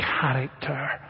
character